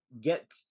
get